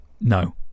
no